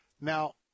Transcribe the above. Now